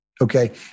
Okay